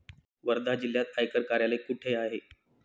वर्धा जिल्ह्यात आयकर कार्यालय कुठे आहे?